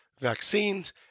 vaccines